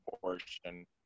portion